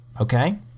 okay